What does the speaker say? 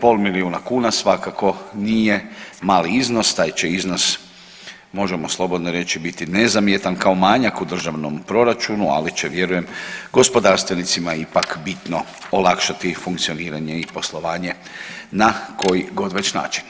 9,5 milijuna kuna svakako nije mali iznos, taj će iznos možemo slobodno reći biti ne zamjetan kao manjak u državnom proračunu, ali će vjerujem gospodarstvenicima ipak bitno olakšati funkcioniranje i poslovanje na kojigod već način.